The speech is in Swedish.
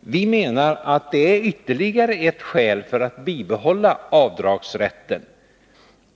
Vi menar att det är ett ytterligare skäl för att bibehålla avdragsrätten.